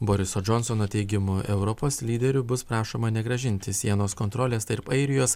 boriso džonsono teigimu europos lyderių bus prašoma negrąžinti sienos kontrolės tarp airijos